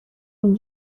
این